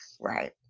Right